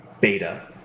beta